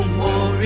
more